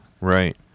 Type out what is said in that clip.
Right